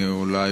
אני אולי,